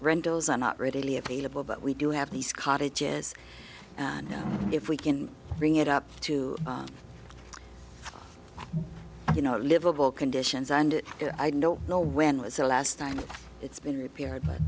rentals are not readily available but we do have these cottages if we can bring it up to you know livable conditions and i don't know when was the last time it's been repaired but